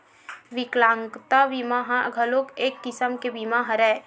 बिकलांगता बीमा ह घलोक एक किसम के बीमा हरय